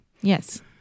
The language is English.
Yes